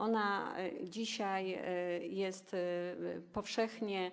Ona dzisiaj jest powszechnie